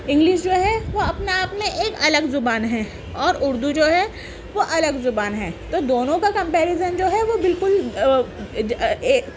English جو ہے وہ اپنا اپنے میں ایک الگ زبان ہیں اور اردو جو ہے وہ الگ زبان ہیں تو دونوں کا کمپیریزن جو ہے وہ بالکل ایک